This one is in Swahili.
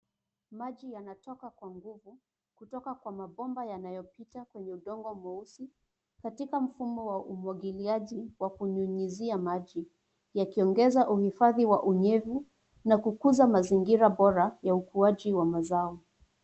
Maji yanatola kwa nguvu kutoka kwa mabomba yanayopita kwenye udongo mweusi katika mfumo wa umwangliaji wa kunyunyuzia maj, yakiongeza uhifadhi wa unyevu na kukuza mazingira bora ya ukuaji wa mazao.